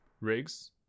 Rigs